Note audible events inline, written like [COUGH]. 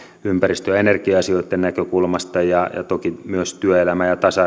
ympäristö ja energia asioitten näkökulmasta ja toki myös työelämä ja tasa [UNINTELLIGIBLE]